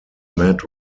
met